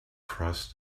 crossed